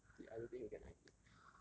ya he I don't think he'll get ninety